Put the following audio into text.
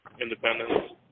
independence